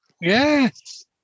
Yes